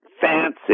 fancy